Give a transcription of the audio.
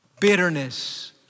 bitterness